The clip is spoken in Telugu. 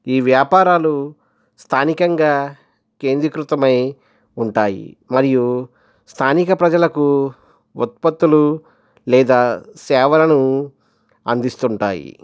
ఈ వ్యాపారాలు స్థానికంగా కేంద్రీకృతం అయి ఉంటాయి మరియు స్థానిక ప్రజలకు ఉత్పత్తులు లేదా సేవలను అందిస్తూ ఉంటాయి